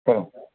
சரிங்க சார்